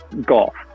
Golf